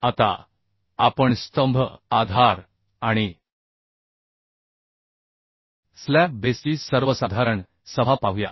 आता आपण स्तंभ आधार आणि स्लॅब बेसची सर्वसाधारण सभा पाहूया